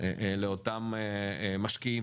לאותם משקיעים